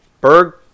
Berg